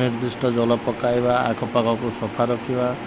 ନିର୍ଦ୍ଧିଷ୍ଟ ଜଲ ପକାଇବା ଆଖପାଖକୁ ସଫା ରଖିବା